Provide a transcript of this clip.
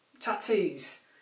tattoos